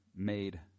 made